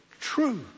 true